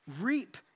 reap